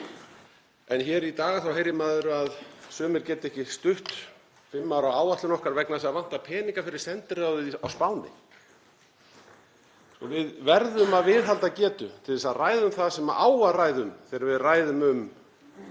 en hér í dag heyrir maður að sumir geta ekki stutt fimm ára áætlun okkar vegna þess að það vantar peninga fyrir sendiráðið á Spáni. Við verðum að viðhalda getu til þess að ræða um það sem á að ræða um þegar við ræðum um